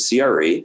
CRE